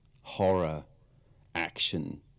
horror-action